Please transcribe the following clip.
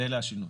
אלה השינויים.